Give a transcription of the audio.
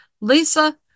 Lisa